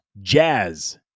Jazz